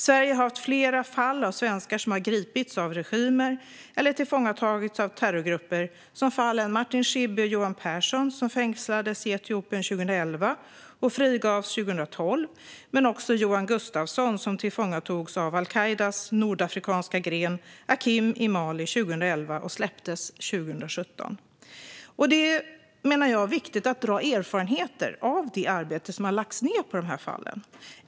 Sverige har haft flera fall av svenskar som gripits av regimer eller tillfångatagits av terrorgrupper, exempelvis Martin Schibbye och Johan Persson, som fängslades i Etiopien 2011 och frigavs 2012, men också Johan Gustafsson, som tillfångatogs av al-Qaidas nordafrikanska gren Aqim i Mali 2011 och släpptes 2017. Jag menar att det är viktigt att dra erfarenheter av det arbete som har lagts ned på de här fallen.